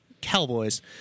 Cowboys